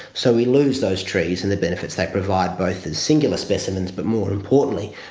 so we lose those trees and the benefits they provide, both as singular specimens but, more importantly,